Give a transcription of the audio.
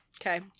Okay